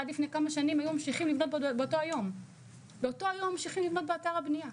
עד לפני כמה שנים היו ממשיכים לבנות באותו היום באתר הבניה.